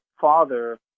father